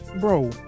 bro